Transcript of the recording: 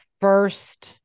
first